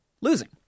losing